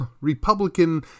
Republican